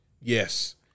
Yes